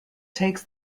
takes